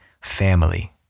family